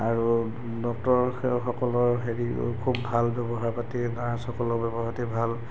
আৰু ডক্টৰসকলৰ হেৰি খুব ভাল ব্যৱহাৰ পাতি ভাল নাৰ্ছসকলৰ ব্যৱহাৰ পাতি ভাল